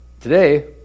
Today